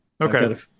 Okay